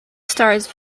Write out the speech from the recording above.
stars